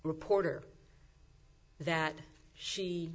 reporter that she